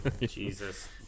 Jesus